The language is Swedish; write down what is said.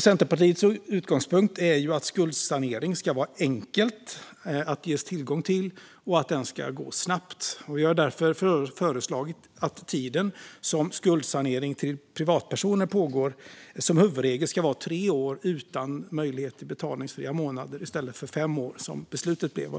Centerpartiets utgångspunkt är att skuldsanering ska vara enkelt att få tillgång till och att den ska gå snabbt. Vi har därför föreslagit att tiden för skuldsanering för privatpersoner som huvudregel ska vara tre år, utan möjlighet till betalningsfria månader, i stället för fem år som beslutet blev.